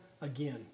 again